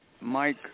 Mike